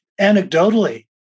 anecdotally